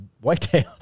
whitetail